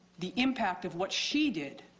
the impact of what she did,